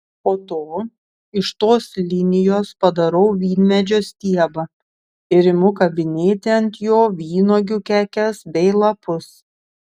po to iš tos linijos padarau vynmedžio stiebą ir imu kabinėti ant jo vynuogių kekes bei lapus